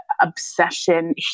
obsession